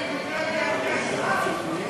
הודעת הממשלה על